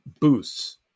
boosts